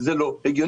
זה לא הגיוני.